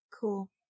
Cool